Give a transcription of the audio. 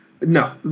No